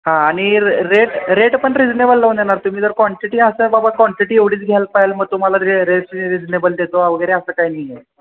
हां आणि rate rate पण रिझनेबल लावून देणार तुम्ही जर क्वांटिटी असं बाबा क्वांटिटी एवढीच घ्याल पायाल मग तुम्हाला रेट रिजनेबल देतो वगैरे असं काय नाही आहे